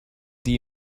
die